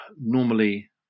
normally